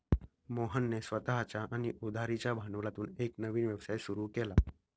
मोहनने स्वतःच्या आणि उधारीच्या भांडवलातून एक नवीन व्यवसाय सुरू केला